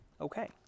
Okay